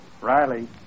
Riley